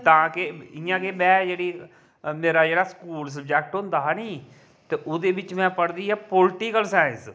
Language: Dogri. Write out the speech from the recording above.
ताकि इ'यां के में जेह्ड़ी मेरा जेह्ड़ा स्कूल सब्जेक्ट होंदा हा नी ते ओह्दे बिच में पढ़ी दी ऐ पॉलिटिकल साइंस